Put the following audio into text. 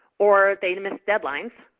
or they miss deadlines,